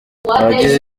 abagize